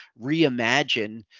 reimagine